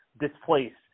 displaced